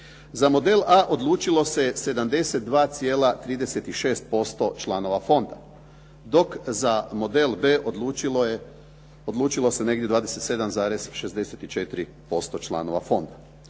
Za model a odlučilo se 72,36% članova fonda. Dok za model b odlučilo se negdje 27,64% članova fonda.